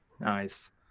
Nice